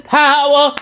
power